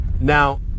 Now